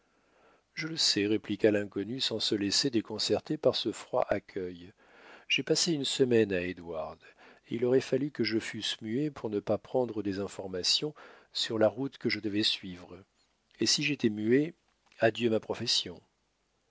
je le sais répliqua l'inconnu sans se laisser déconcerter par ce froid accueil j'ai passé une semaine à édouard et il aurait fallu que je fusse muet pour ne pas prendre des informations sur la route que je devais suivre et si j'étais muet adieu ma profession